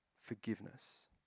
forgiveness